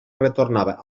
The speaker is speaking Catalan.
retornava